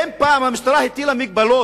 האם קרה פעם שהמשטרה הטילה מגבלות